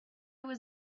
was